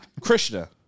Krishna